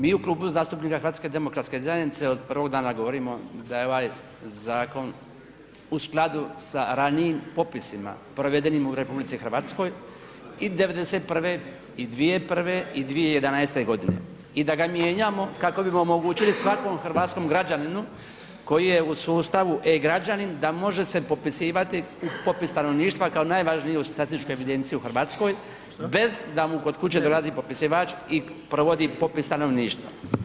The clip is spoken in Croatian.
Mi u Klubu zastupnika HDZ-a od prvog dana govorimo da je ovaj zakon u skladu sa ranijim popisima provedenim u RH i 91. i 2001. i 2011. g. i da ga mijenjamo kako bi omogućili svakom hrvatskom građaninu koji je u sustavu e-Građanin da može se popisivati u popis stanovništva kao najvažniju stratešku evidenciju u Hrvatskoj bez da mu kod kuće dolazi popisivač i provodi popis stanovništva.